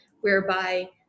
whereby